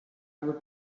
would